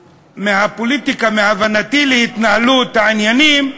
מהפוליטיקה, מהבנתי את התנהלות העניינים,